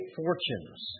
fortunes